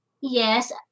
Yes